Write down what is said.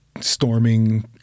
storming